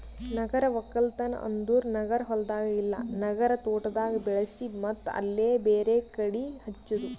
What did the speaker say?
ನಗರ ಒಕ್ಕಲ್ತನ್ ಅಂದುರ್ ನಗರ ಹೊಲ್ದಾಗ್ ಇಲ್ಲಾ ನಗರ ತೋಟದಾಗ್ ಬೆಳಿಸಿ ಮತ್ತ್ ಅಲ್ಲೇ ಬೇರೆ ಕಡಿ ಹಚ್ಚದು